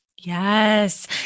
Yes